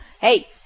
Hey